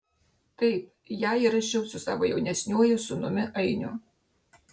taip ją įrašiau su savo jaunesniuoju sūnumi ainiu